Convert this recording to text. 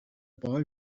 boy